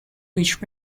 which